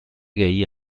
gay